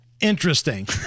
interesting